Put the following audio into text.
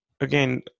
again